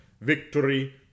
Victory